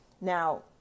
Now